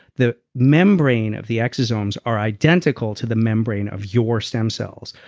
the membrane of the exosomes are identical to the membrane of your stem cells.